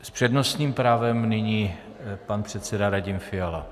S přednostním právem nyní pan předseda Radim Fiala.